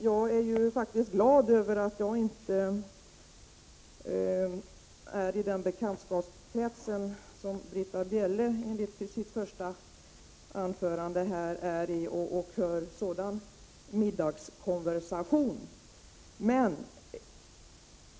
Jag är glad över att jag inte ingår i den bekantskapskrets som Britta Bjelle talade om i sitt första anförande och får lyssna till männens middagskonversation.